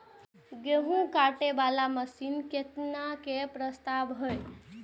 गेहूँ काटे वाला मशीन केतना के प्रस्ताव हय?